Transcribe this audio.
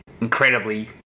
incredibly